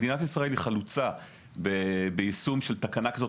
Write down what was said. מדינת ישראל היא חלוצה ביישום תקנה כזאת